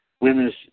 Women's